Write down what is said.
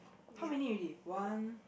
how many already one